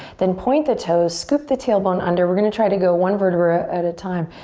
then point the toes, scoop the tailbone under, we're gonna try to go one vertebra at a time.